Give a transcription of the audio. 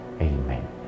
Amen